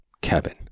kevin